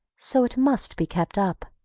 so it must be kept up.